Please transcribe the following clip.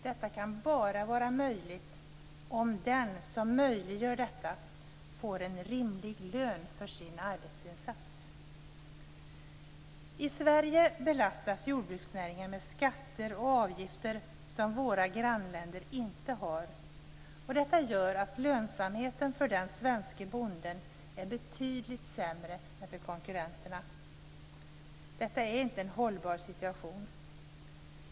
Detta kan bara vara möjligt om den som möjliggör detta får en rimlig lön för sin arbetsinsats. I Sverige belastas jordbruksnäringen med skatter och avgifter som våra grannländer inte har. Detta gör att lönsamheten för den svenske bonden är betydligt sämre än för konkurrenterna. Detta är inte en hållbar situation.